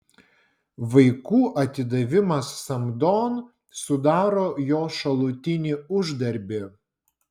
vaikų atidavimas samdon sudaro jo šalutinį uždarbį